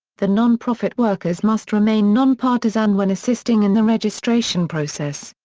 the nonprofit workers must remain nonpartisan when assisting in the registration process.